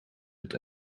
het